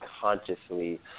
consciously